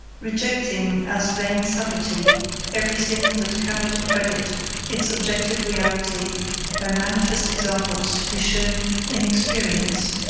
rejecting as vain subtlety everything that cannot accredit its objective reality by manifest examples to be shown in experience,